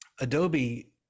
Adobe